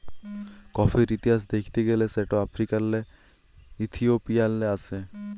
কফির ইতিহাস দ্যাখতে গ্যালে সেট আফ্রিকাল্লে ইথিওপিয়াল্লে আস্যে